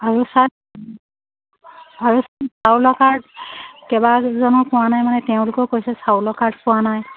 আৰু ছাৰ আৰু চাউলৰ কাৰ্ড কেইবাজনেও পোৱা নাই মানে তেওঁলোকে কৈছে চাউলৰ কাৰ্ড পোৱা নাই